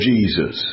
Jesus